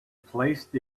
placed